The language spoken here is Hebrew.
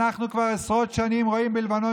אנחנו כבר עשרות שנים רואים בלבנון,